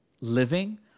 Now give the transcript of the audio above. living